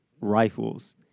rifles